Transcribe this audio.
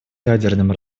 ядерным